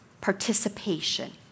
participation